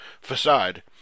facade